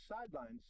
sidelines